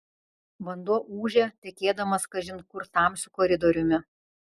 vanduo ūžė tekėdamas kažin kur tamsiu koridoriumi